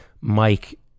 Mike